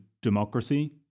democracy